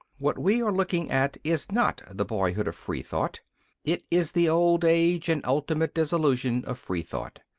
what we are looking at is not the boyhood of free thought it is the old age and ultimate dissolution of free thought.